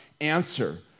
answer